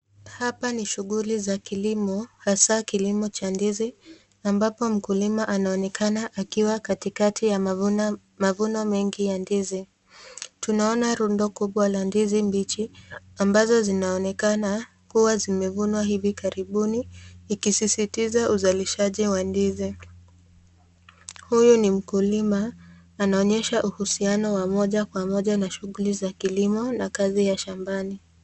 Hapa ni shughuli za kilimo, hasa kilimo cha ndizi, ambapo mkulima anaonekana akiwa katikati ya mavuno mengi ya ndizi. Tunaona rundo kubwa la ndizi mbichi ambazo zinaonekana kuwa zimevunwa hivi karibuni, ikisisitiza uzalishaji wa ndizi. Huyu ni mkulima, anaonyesha uhusiano wa moja kwa moja na shughuli za kilimo na kazi ya shambani.